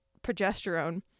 progesterone